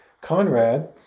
Conrad